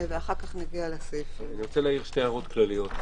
אני רוצה להעלות שתי הערות כלליות.